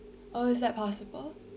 oh is that possible